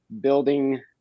building